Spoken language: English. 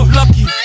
lucky